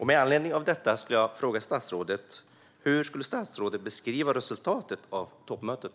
Med anledning av detta undrar jag hur statsrådet skulle beskriva resultatet av toppmötet.